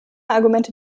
argumente